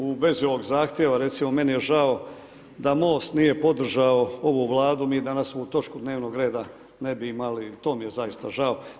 U vezi ovog zahtjeva, recimo meni je žao da MOST nije podržao ovu Vladu mi danas ovu točku dnevnog reda ne bi imali, to mi je zaista žao.